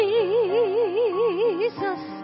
Jesus